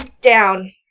down